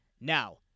Now